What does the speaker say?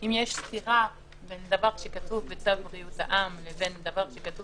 אם יש סתירה בין דבר שכתוב בצו בריאות העם לבין דבר שכתוב